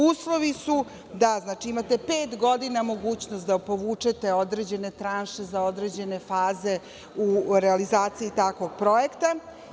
Uslovi su da imate pet godina mogućnost da povučete određene tranše za određene faze u realizaciji takvog projekta.